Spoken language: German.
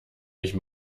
mich